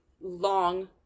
long